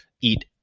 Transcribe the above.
eat